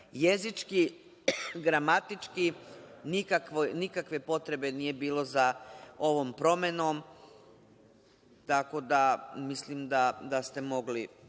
jezički, gramatički nikakve potrebe nije bilo za ovom promenom. Tako da, mislim da ste mogli